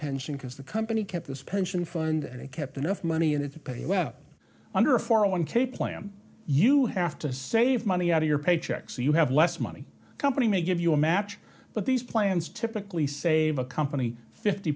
pension because the company kept this pension fund and kept enough money in it to pay you well under a four zero one k plan you have to save money out of your paycheck so you have less money company may give you a match but these plans typically save a company fifty